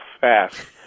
fast